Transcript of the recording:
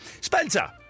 Spencer